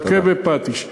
מכה בפטיש.